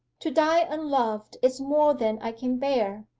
to die unloved is more than i can bear!